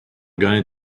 going